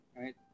Right